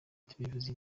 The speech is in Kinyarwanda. tubivuze